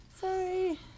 sorry